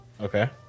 Okay